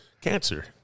cancer